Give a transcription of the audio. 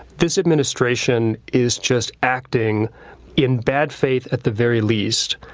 this administration is just acting in bad faith at the very least.